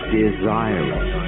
desiring